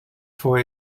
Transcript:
for